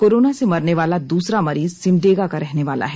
corona से मरनेवाला दूसरा मरीज सिमडेगा का रहनेवाला है